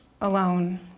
alone